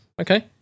okay